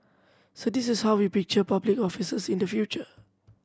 so this is how we picture public officers in the future